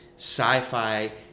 sci-fi